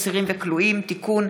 אסירים וכלואים) (תיקון),